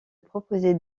proposer